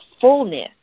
fullness